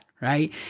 right